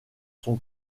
son